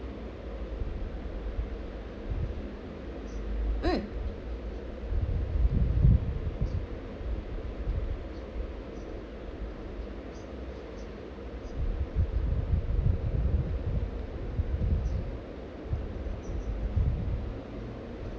mm